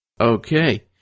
Okay